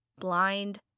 blind